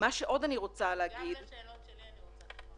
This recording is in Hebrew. והדבר השני,